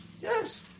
Yes